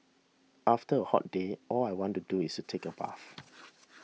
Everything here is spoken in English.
after a hot day all I want to do is take a bath